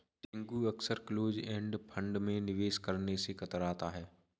टिंकू अक्सर close end fund में निवेश करने से कतराता है